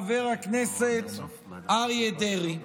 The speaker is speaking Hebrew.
חבר הכנסת אריה דרעי.